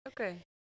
Okay